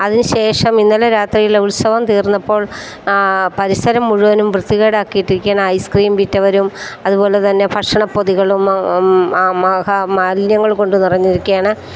അതിനുശേഷം ഇന്നലെ രാത്രിയിൽ ഉത്സവം തീർന്നപ്പോൾ പരിസരം മുഴുവനും വൃത്തികേടാക്കിയിട്ടിരിക്കുകയാണ് ഐസ് ക്രീം വിറ്റവരും അതുപോലെതന്നെ ഭക്ഷണപ്പൊതികളും മാലിന്യങ്ങൾ കൊണ്ട് നിറഞ്ഞിരിക്കുകയാണ്